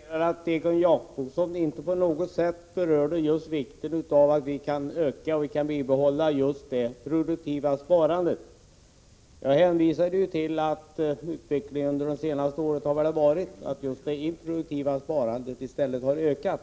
Herr talman! Jag noterar att Egon Jacobsson inte på något sätt berörde vikten av att vi kan bibehålla och öka det produktiva sparandet. Jag hänvisade till att utvecklingen under det senaste året har varit att det improduktiva sparandet har ökat.